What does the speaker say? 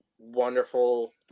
wonderful